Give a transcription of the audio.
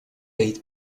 eight